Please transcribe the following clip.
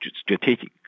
strategic